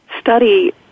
study